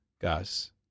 Gus